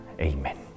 Amen